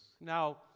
Now